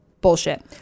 Bullshit